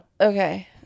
okay